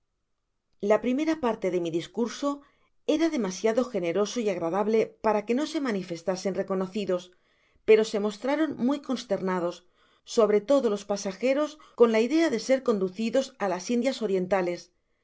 la primera parte de mi discurso era demasiado generoso y agradable para que no se manifestasen reconocidos pero se mostraron muy consternados sobre todo los pasageros con la idea de ser conducidos á las indias orientales